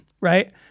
Right